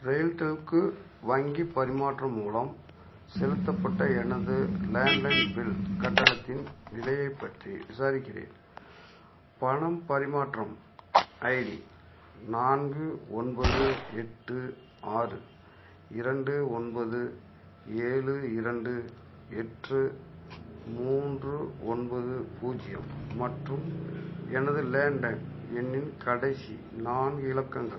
ரெயில்டெல்க்கு வங்கி பரிமாற்றம் மூலம் செலுத்தப்பட்ட எனது லேண்ட் லைன் பில் கட்டணத்தின் நிலையைப் பற்றி விசாரிக்கிறேன் பணம் பரிமாற்றம் ஐடி நான்கு ஒன்பது எட்டு ஆறு இரண்டு ஒன்பது ஏழு இரண்டு எட்டு மூன்று ஒன்பது பூஜ்யம் மற்றும் எனது லேண்ட் லைன் எண்ணின் கடைசி நான்கு இலக்கங்கள்